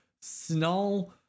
Sinon